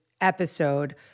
episode